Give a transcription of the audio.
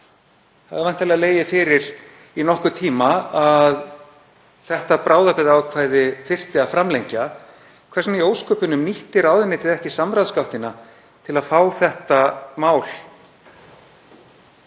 Það hefur væntanlega legið fyrir í nokkurn tíma að þetta bráðabirgðaákvæði þyrfti að framlengja. Hvers vegna í ósköpunum nýtti ráðuneytið ekki samráðsgáttina til að senda þetta mál